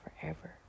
forever